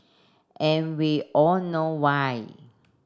and we all know why